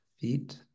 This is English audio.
feet